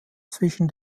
zwischen